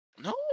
No